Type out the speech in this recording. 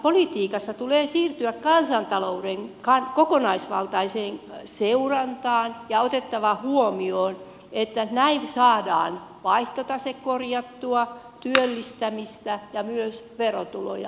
energiapolitiikassa tulee siirtyä kansantalouden kokonaisvaltaiseen seurantaan ja otettava huomioon että näin saadaan vaihtotase korjattua työllistämistä ja myös verotuloja